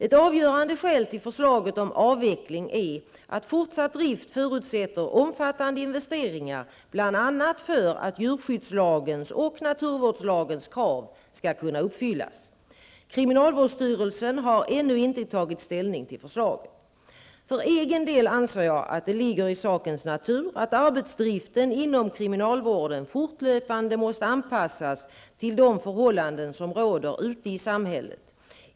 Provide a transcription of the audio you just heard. Ett avgörande skäl till förslaget om avveckling är att fortsatt drift förutsätter omfattande investeringar bl.a. för att djurskyddslagens och naturvårdslagens krav skall kunna uppfyllas. Kriminalvårdsstyrelsen har ännu inte tagit slutlig ställning till förslaget. För egen del anser jag att det ligger i sakens natur att arbetsdriften inom kriminalvården fortlöpande måste anpassas till de förhållanden som råder ute i samhället.